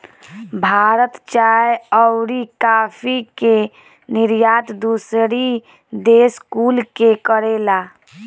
भारत चाय अउरी काफी के निर्यात दूसरी देश कुल के करेला